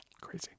Crazy